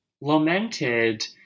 lamented